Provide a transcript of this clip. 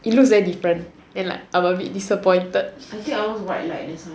it looks like different then like I bit disappointed I think ours like white that what